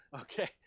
okay